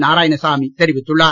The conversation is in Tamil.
நாரயாணசாமி தெரிவித்துள்ளார்